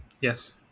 Yes